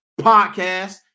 podcast